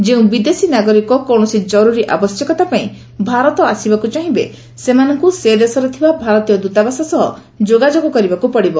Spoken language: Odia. ଯେଉଁ ବିଦେଶୀ ନାଗରିକ କୌଣସି ଜରୁରି ଆବଶ୍ୟକତା ପାଇଁ ଭାରତ ଆସିବାକୁ ଚାହିଁବେ ସେମାନଙ୍କୁ ସେ ଦେଶରେ ଥିବା ଭାରତୀୟ ଦୂତାବାସ ସହ ଯୋଗାଯୋଗ କରିବାକୁ ପଡ଼ିବ